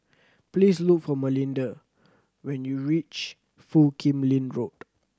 please look for Melinda when you reach Foo Kim Lin Road